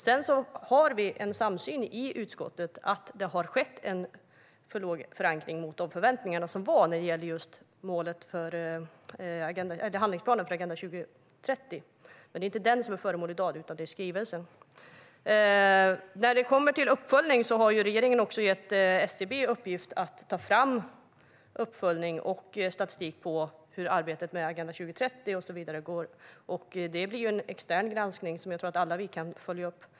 Sedan har vi en samsyn i utskottet om att det har skett en för svag förankring i förhållande till de förväntningar som fanns rörande handlingsplanen för Agenda 2030, men det är ju inte denna som är föremål för debatten i dag, utan det är skrivelsen. Regeringen har gett SCB i uppgift att ta fram uppföljningsmaterial och statistik om hur arbetet med Agenda 2030 går. Det blir en extern granskning som jag tror att vi alla kan följa upp.